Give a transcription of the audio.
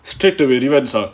straight to the revenge lah